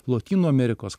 lotynų amerikos